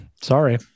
Sorry